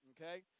Okay